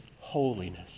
holiness